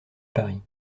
paris